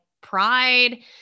pride